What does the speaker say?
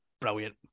brilliant